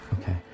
Okay